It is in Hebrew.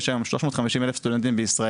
יש היום שלוש מאות חמישים אלף סטודנטים בישראל.